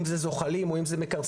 אם זה זוחלים או אם זה מכרסמים.